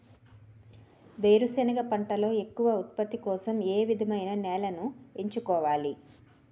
వేరుసెనగ పంటలో ఎక్కువ ఉత్పత్తి కోసం ఏ విధమైన నేలను ఎంచుకోవాలి?